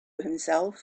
himself